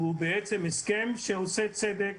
הוא הסכם שעושה צדק